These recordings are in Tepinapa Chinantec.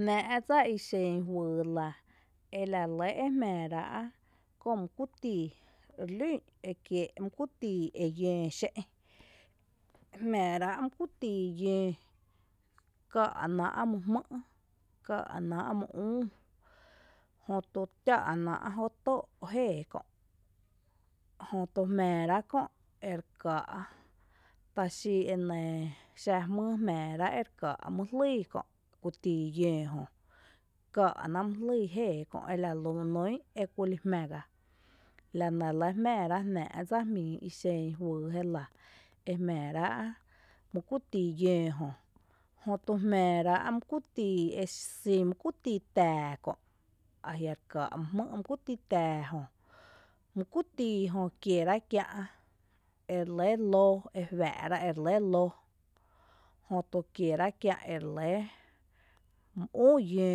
Jnⱥⱥ’ dsa ixen juyy la, ela lɇ e jmⱥⱥ rá’ köö mý kuytii, relún ekiee’ mý kuytii e yǿǿ xé’n, e jmⱥⱥ rá’ mý kuytii yǿǿ, káa’ náa’ mý jmɨ’ káa’ náa’ my üü jötu táa’ náa’ jö too’ jéeé kö’ jötu jmaa rá’ kö’ ereká’ taxí enɇɇ xa jmýy e jmⱥⱥ rá’ ere káa’ mý jlýy kö’ kuytii yǿǿ jö káa’ ná’ mý jlii jéeé ela nún ekúli jmⱥ gá la nɇ lɇ jmⱥⱥ rá’ jnⱥⱥ’ dsa ixen juyy la mý kuyy tii yǿǿ jö. Jötu j jmⱥⱥ rá’ mý kuyy tii exin mý kuyy tii tⱥⱥ kö’, ajia’ rekáa’ mý jmý’ mý kuyy tii tⱥⱥ jö, mý kuyy tii jö kierá’ ere lɇ lǿǿ, jÖtu kierá’ kia’ ere lɇ mý üü yǿǿ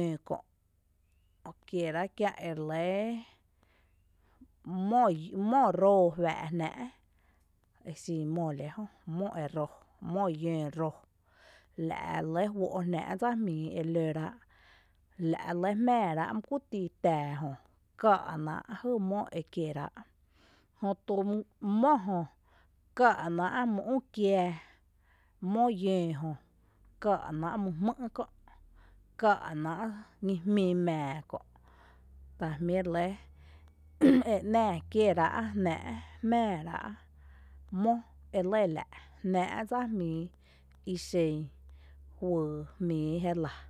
kö’ kiera’ kiä’ ere lɇ mó eroo juⱥⱥ’ jná’ exin moole jö mó roo, mó yǿǿ roo la’ re lɇ juó’ jnⱥⱥ’ dsa jmíi e lerá’, la’ re lɇ jmⱥⱥ rá’ mý kuyy tii tⱥⱥ jö káa’ ná’ la jy mó ekiera’ jötu mó jö káa’ ná’ mý üü kiⱥⱥ mó yǿǿ jö káa’ náa’ mý jmý’ kö’, káa’ ná’ ñijmí mⱥⱥ kö’ ta jmí’ re lé e ‘naa kie’ jnⱥⱥ’ jmaará’ mó ele la’ jnⱥⱥ’ dsa jmíi ixen juyy jmíi jélⱥ.